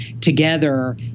together